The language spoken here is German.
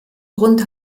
grund